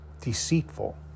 deceitful